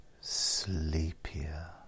sleepier